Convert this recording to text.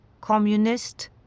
communist